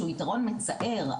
שהוא יתרון מצער,